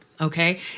Okay